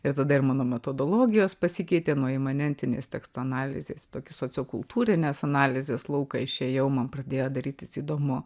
ir tada ir mano metodologijos pasikeitė nuo imanentinės teksto analizės į tokį sociokultūrinės analizės lauką išėjau man pradėjo darytis įdomu